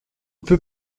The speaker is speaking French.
peut